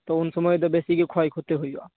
ᱛᱚ ᱩᱱᱥᱚᱢᱚᱭ ᱫᱚ ᱵᱮᱥᱤᱜᱮ ᱠᱷᱚᱭ ᱠᱷᱚᱛᱤ ᱦᱩᱭᱩᱜᱼᱟ